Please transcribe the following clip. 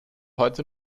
heute